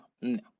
no